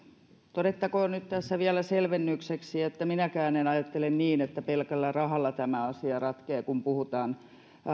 todettakoon nyt tässä vielä selvennykseksi että minäkään en ajattele niin että pelkällä rahalla tämä asia ratkeaa kun puhutaan